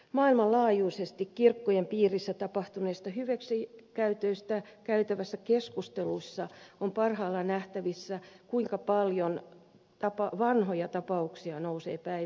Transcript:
maailmanlaajuisesti kirkkojen piirissä tapahtuneista hyväksikäytöistä käytävässä keskustelussa on parhaillaan nähtävissä kuinka paljon vanhoja tapauksia nousee päivänvaloon